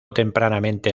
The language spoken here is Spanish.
tempranamente